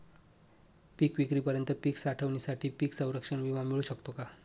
पिकविक्रीपर्यंत पीक साठवणीसाठी पीक संरक्षण विमा मिळू शकतो का?